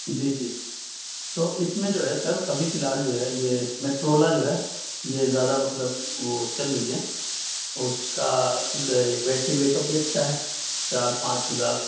جی جی تو اس میں جو ہے سر ابھی فی الحال جو ہے یہ میٹرولا جو ہے یہ زیادہ مطلب وہ چل رہی ہے اس کا بیٹری بیک اپ بھی اچھا ہے چار پانچ ہزار